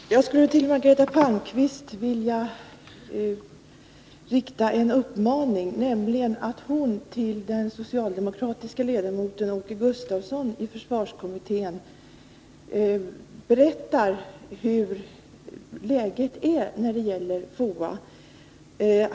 Herr talman! Jag skulle till Margareta Palmqvist vilja rikta en uppmaning, nämligen att hon för den socialdemokratiska ledamoten Åke Gustavsson i försvarsutredningen berättar hur läget är när det gäller FOA.